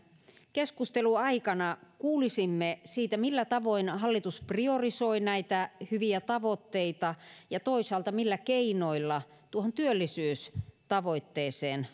keskustelun aikana kuulisimme siitä millä tavoin hallitus priorisoi näitä hyviä tavoitteita ja toisaalta millä keinoilla tuohon työllisyystavoitteeseen